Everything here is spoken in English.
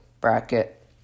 bracket